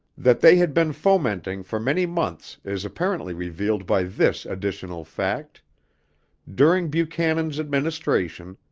that they had been fomenting for many months is apparently revealed by this additional fact during buchanan's administration,